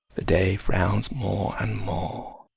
the day frowns more and more